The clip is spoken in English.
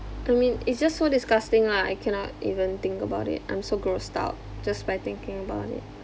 I mean it's just so disgusting lah I cannot even think about it I'm so grossed out just by thinking about it